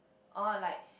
oh like